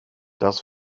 das